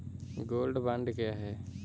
Gold bond क्या है?